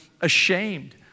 ashamed